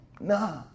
No